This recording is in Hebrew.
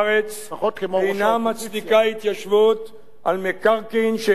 אינה מצדיקה התיישבות על מקרקעין שאינם אדמות מדינה,